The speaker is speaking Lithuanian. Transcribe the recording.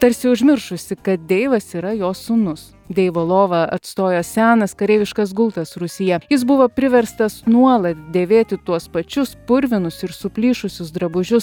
tarsi užmiršusi kad deivas yra jo sūnus deivo lovą atstojo senas kareiviškas gultas rūsyje jis buvo priverstas nuolat dėvėti tuos pačius purvinus ir suplyšusius drabužius